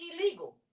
illegal